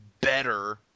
better